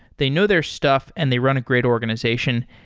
they know their stuff and they run a great organization.